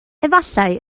efallai